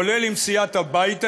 כולל עם סיעת הבית היהודי,